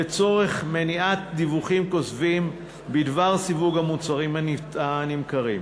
לצורך מניעת דיווחים כוזבים בדבר סיווג המוצרים הנמכרים,